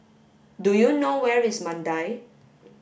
do you know where is Mandai